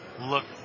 look